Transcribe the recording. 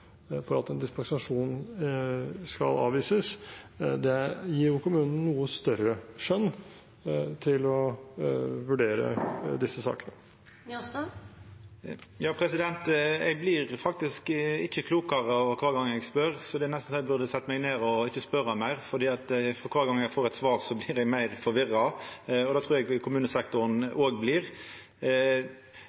for at en dispensasjon skal avvises, gir kommunen noe større skjønn til å vurdere disse sakene. Eg blir ikkje klokare for kvar gong eg spør, så det er nesten så eg burde ha sete meg ned og ikkje spurt meir. For kvar gong eg får eit svar, blir eg meir forvirra, og det trur eg kommunesektoren òg blir.